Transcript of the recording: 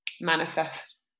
manifest